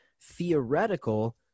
theoretical